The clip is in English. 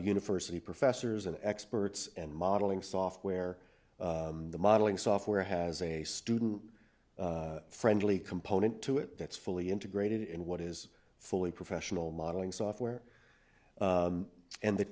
university professors and experts and modeling software the modeling software has a student friendly component to it that's fully integrated in what is fully professional modeling software and the